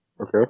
Okay